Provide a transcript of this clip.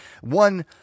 One